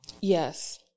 Yes